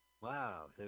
Wow